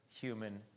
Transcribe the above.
human